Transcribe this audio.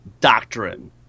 doctrine